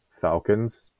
Falcons